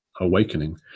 awakening